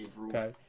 Okay